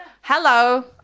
Hello